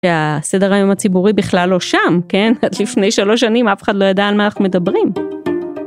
הסדר היום הציבורי בכלל לא שם, כן, לפני שלוש שנים אף אחד לא ידע על מה אנחנו מדברים.